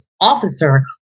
officer